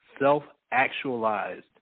self-actualized